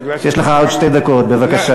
בגלל, יש לך עוד שתי דקות, בבקשה.